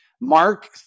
Mark